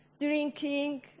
drinking